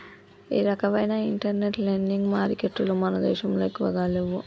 ఈ రకవైన internet lending మారికెట్టులు మన దేశంలో ఎక్కువగా లేవు